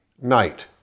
night